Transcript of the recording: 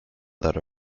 that